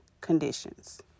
conditions